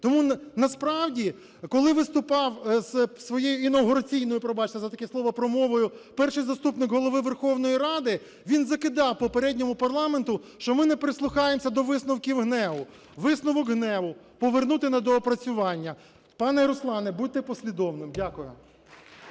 Тому насправді, коли виступав із своєю інавгураційною, пробачте за таке слово, промовою Перший заступник Голови Верховної Ради, він закидав попередньому парламенту, що ми не прислухаємось до висновків ГНЕУ. Висновок ГНЕУ: "Повернути на доопрацювання". Пане Руслане, будьте послідовним. Дякую.